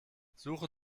suche